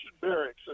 barracks